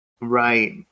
Right